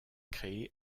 créé